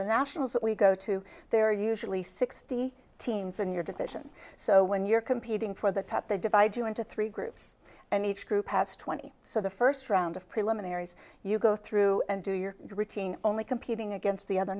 the nationals that we go to there usually sixty teams in your division so when you're competing for the top they divide you into three groups and each group has twenty so the first round of preliminaries you go through and do your routine only competing against the other